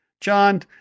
John